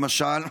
למשל,